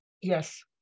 Yes